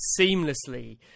seamlessly